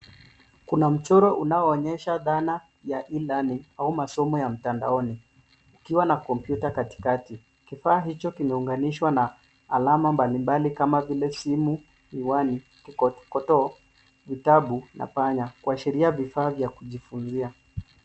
Kuna mchoro unaoonyesha dhana ya e learning au masomo ya mtandaoni kukiwa na kompyuta katikati. Kifaa hicho kimeunganishwa na alama mbalimbali kama vile simu, miwani, kikokotoo, vitabu na panya kuashiria vifaa vya kujifunzia.